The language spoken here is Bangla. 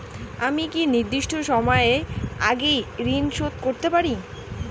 আমি কি নির্দিষ্ট সময়ের আগেই ঋন পরিশোধ করতে পারি?